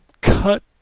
cut